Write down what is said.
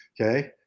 Okay